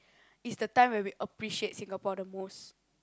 it's the time we appreciate Singapore the most